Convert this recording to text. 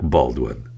Baldwin